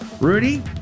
Rudy